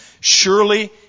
Surely